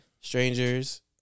Strangers